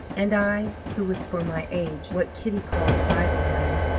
and i, who was, for my age, what kitty called bible-learned,